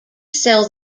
sell